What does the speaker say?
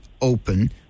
open